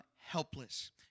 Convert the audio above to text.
helpless